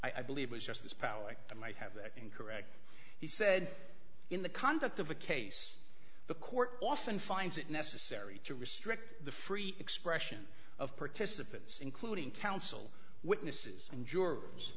said i believe was just this power i might have that in correct he said in the conduct of a case the court often finds it necessary to restrict the free expression of participants including counsel witnesses and